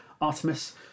Artemis